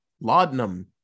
laudanum